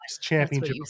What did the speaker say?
championship